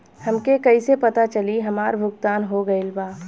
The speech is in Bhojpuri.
हमके कईसे पता चली हमार भुगतान हो गईल बा?